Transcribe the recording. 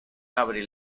abre